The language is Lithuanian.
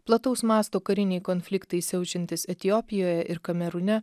plataus masto kariniai konfliktai siaučiantys etiopijoje ir kamerūne